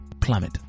plummet